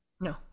No